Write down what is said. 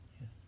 Yes